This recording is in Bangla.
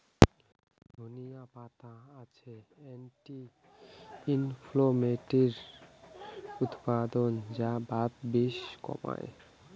ধনিয়া পাতাত আছে অ্যান্টি ইনফ্লেমেটরি উপাদান যা বাতের বিষ কমায়